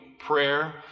prayer